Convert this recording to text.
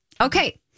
Okay